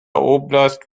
oblast